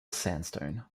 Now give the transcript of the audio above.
sandstone